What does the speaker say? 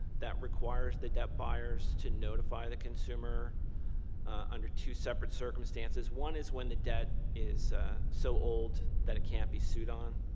that requires the debt buyers to notify the consumer under two separate circumstances. one is when the debt is so old that it can't be sued on,